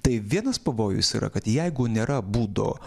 tai vienas pavojus yra kad jeigu nėra būdo